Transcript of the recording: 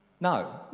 No